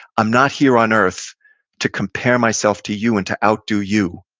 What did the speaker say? i'm not here on earth to compare myself to you and to outdo you.